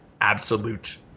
absolute